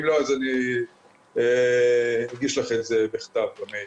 אם לא, אני אגיש לך את זה בכתב במייל.